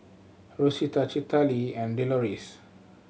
Rosita Citlalli and Deloris